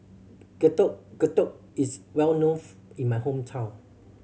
Getuk Getuk is well known in my hometown